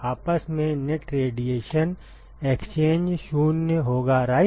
आपस में net radiation exchange 0 होगा राइट